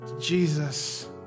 Jesus